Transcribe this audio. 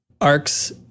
ARCs